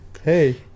Hey